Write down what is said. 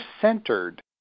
centered